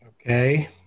Okay